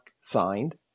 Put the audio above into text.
signed